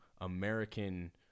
American